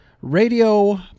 radio